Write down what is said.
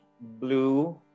blue